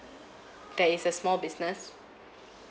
that it's a small business